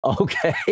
Okay